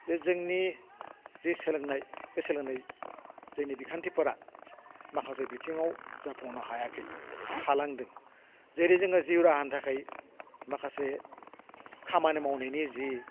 जे जोंनि जे सोलोंनाय बे सोलोंनाय जोंनि बिखान्थिफोरा माखासे बिथिङाव जाफुंनो हायाखै थालांदों जेरै जोङो जिउ राहानि थाखाय माखासे खामानि मावनायनि जि